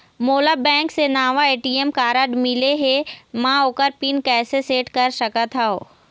मोला बैंक से नावा ए.टी.एम कारड मिले हे, म ओकर पिन कैसे सेट कर सकत हव?